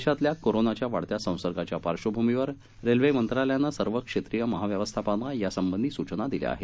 देशातल्या करोनाच्या वाढत्या संसर्गाच्या पार्श्वभूमीवर रेल्वे मंत्रालयानं सर्व क्षेत्रीय महाव्यवस्थापकांना या संबंधी सूचना दिल्या आहेत